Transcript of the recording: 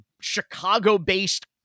Chicago-based